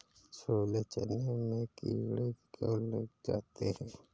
छोले चने में कीड़े क्यो लग जाते हैं?